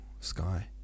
sky